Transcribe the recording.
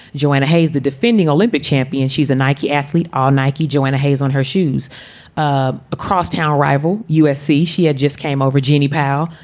joanna hayes, the defending olympic champion. she's a nike athlete. ah nike joanna hayes on her shoes ah across town, rival usc. she had just came over, jeanie powell.